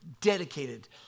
dedicated